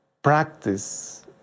practice